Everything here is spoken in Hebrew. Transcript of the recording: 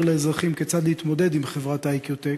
לאזרחים כיצד להתמודד עם חברת "איקיוטק"